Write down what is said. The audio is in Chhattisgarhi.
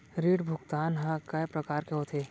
ऋण भुगतान ह कय प्रकार के होथे?